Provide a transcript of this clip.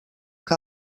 que